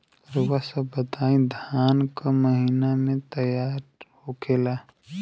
रउआ सभ बताई धान क महीना में तैयार होखेला?